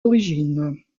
origines